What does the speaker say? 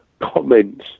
comments